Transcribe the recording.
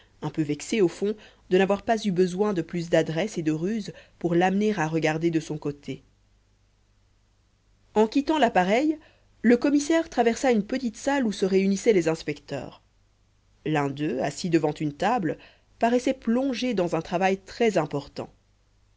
un peu vexé au fond de n'avoir pas eu besoin de plus d'adresse et de ruse pour l'amener à regarder de son côté en quittant l'appareil le commissaire traversa une petite salle où se réunissaient les inspecteurs l'un d'eux assis devant une table paraissait plongé dans un travail très important